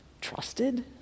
trusted